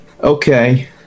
Okay